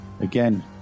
Again